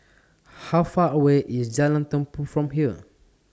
How Far away IS Jalan Tumpu from here